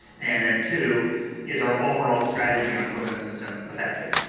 and then two is our overall strategy on cooling the system effective?